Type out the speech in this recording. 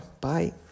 Bye